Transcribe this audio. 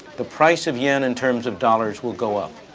the price of yen in terms of dollars will go up.